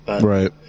right